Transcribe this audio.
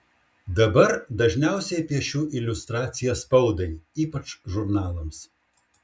dabar dažniausiai piešiu iliustracijas spaudai ypač žurnalams